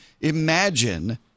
imagine